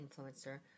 influencer